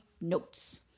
notes